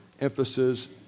emphasis